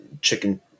chicken